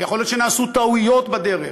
יכול להיות שנעשו טעויות בדרך,